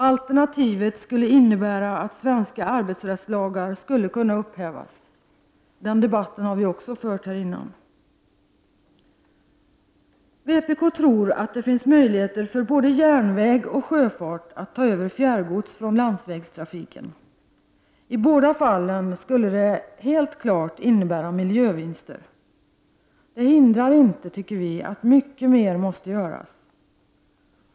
Alternativet skulle innebära att svenska arbetsrättslagar kunde upphävas. Den debatten har vi också fört tidigare här i riksdagen. Vpk tror att det finns möjlighet för både järnväg och sjöfart att ta över fjärrgods från landsvägstrafiken. I båda fallen skulle det helt klart innebära miljövinster. Det hindrar inte, tycker vi, att mycket mer måste göras.